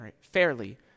fairly